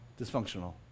Dysfunctional